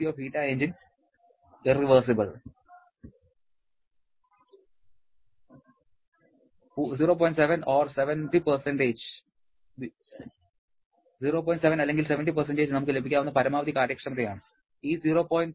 7 അല്ലെങ്കിൽ 70 നമുക്ക് ലഭിക്കാവുന്ന പരമാവധി കാര്യക്ഷമതയാണ് ഈ 0